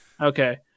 Okay